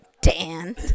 dan